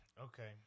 Okay